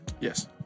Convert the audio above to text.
Yes